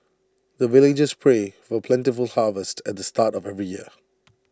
the villagers pray for plentiful harvest at the start of every year